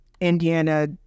Indiana